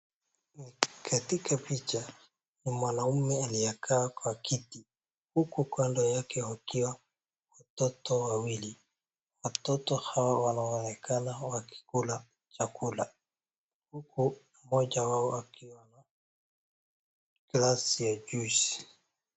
Katika picha ni mwanaume aliyekaa kwa kiti, huku kando yake wakiwa watoto wawili. Watoto hawa wanaonekana wakikula chakula huku mmoja wao akiwa na glasi ya juisi.